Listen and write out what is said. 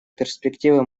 перспективы